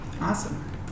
Awesome